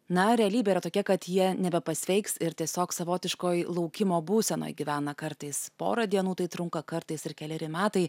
na realybė yra tokia kad jie nebepasveiks ir tiesiog savotiškoj laukimo būsenoj gyvena kartais porą dienų tai trunka kartais ir keleri metai